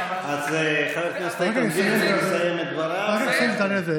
אז חבר הכנסת איתן גינזבורג יסיים את דבריו ואתה תסכם.